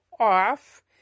Off